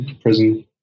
prison